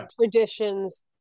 traditions